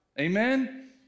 Amen